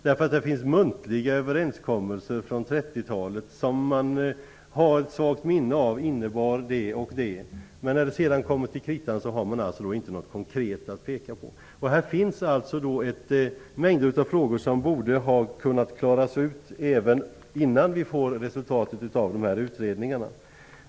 Det finns muntliga överenskommelser från 30-talet som man har ett svagt minne av innebär det ena eller det andra. När det sedan kommer till kritan har man inte något konkret att peka på. Här finns en mängd frågor som borde ha kunnat klaras ut innan vi får resultatet från utredningarna.